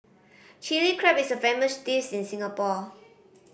Chilli Crab is a famous dish in Singapore